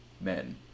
men